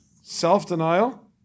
Self-denial